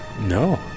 No